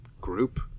group